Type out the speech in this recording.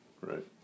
right